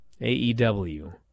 AEW